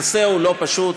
הנושא הוא לא פשוט,